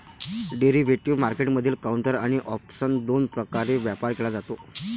derivative मार्केटमधील counter आणि option दोन प्रकारे व्यापार केला जातो